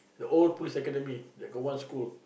the old police academy that got one school